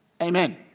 Amen